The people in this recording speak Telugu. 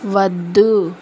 వద్దు